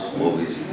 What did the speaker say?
movies